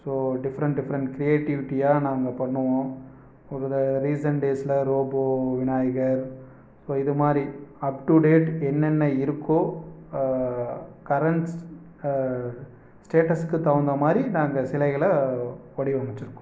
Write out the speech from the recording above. so different different க்ரியேட்டிவிட்டியாக நாங்கள் பண்ணுவோம் ஒரு த ரீசன்ட் டேஸ்சில் ரோபோ விநாயகர் ஸோ இதுமாதிரி அப்டூ டேட் என்னென்ன இருக்கோ கரண்ட்ஸ் ஸ்டேட்டஸ்சுக்கு தகுந்தமாதிரி நாங்கள் சிலைகளை வடிவமைச்சுருக்கோம்